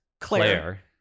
Claire